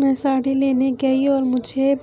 میں ساڑی لینے گئی اور مجھے